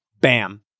Bam